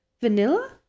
Vanilla